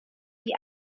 die